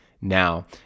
now